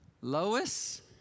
Lois